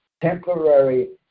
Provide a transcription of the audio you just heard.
temporary